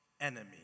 enemy